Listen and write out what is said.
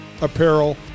apparel